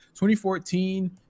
2014